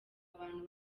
abantu